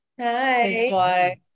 Hi